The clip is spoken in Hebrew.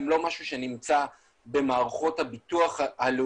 וזה מתקשר היטב גם לוועדה הזו